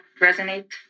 resonate